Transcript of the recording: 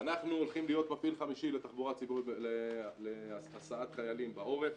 אנחנו הולכים להיות מפעיל חמישי להסעת חיילים בעורף.